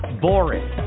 boring